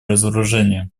разоружения